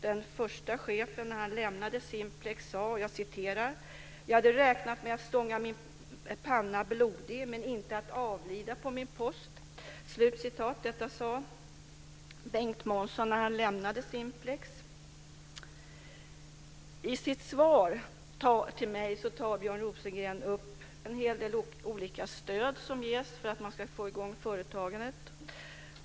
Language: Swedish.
Den första chefen som lämnade Simplex sade: Jag hade räknat med att stånga min panna blodig, men inte med att avlida på min post. Detta sade Bengt Månsson när han lämnade Simplex. I sitt svar till mig tar Björn Rosengren upp en hel del olika stöd som ges för att man ska få i gång företagandet.